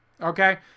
Okay